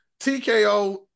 TKO